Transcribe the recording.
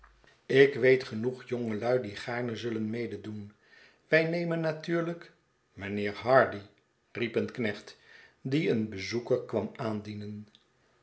ik weet genoeg jongelui die gaarne zullen mededoen wij nemen natuurlijk mijnheer hardy riep een knecht die een bezoeker kwam aandienen